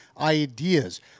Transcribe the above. ideas